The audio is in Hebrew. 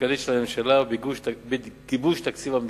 הכלכלית של הממשלה ובגיבוש תקציב המדינה.